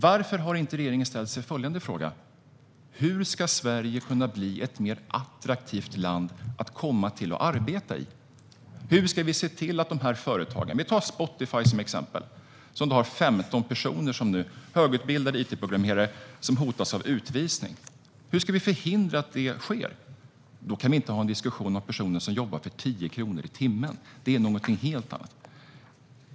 Varför har regeringen inte ställt sig följande fråga: Hur ska Sverige kunna bli ett mer attraktivt land att komma till och arbeta i? Spotify, till exempel, har nu 15 högutbildade it-programmerare som hotas av utvisning. Hur ska vi förhindra att det sker? Då kan vi inte ha en diskussion om personer som jobbar för 10 kronor i timmen, det är någonting helt annat.